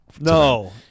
no